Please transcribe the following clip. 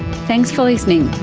thanks for listening